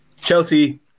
Chelsea